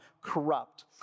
corrupt